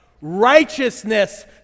righteousness